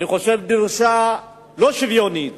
אני חושב שיש דרישה לא שוויונית